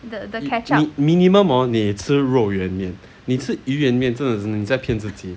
你你 minimum hor 你吃肉圆面你吃鱼圆面你真的是你在骗自己